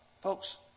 Folks